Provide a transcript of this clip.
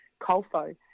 Colfo